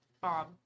Bob